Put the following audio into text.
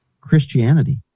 Christianity